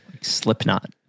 Slipknot